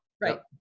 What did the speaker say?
Right